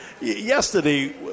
yesterday –